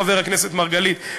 חבר הכנסת מרגלית,